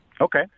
Okay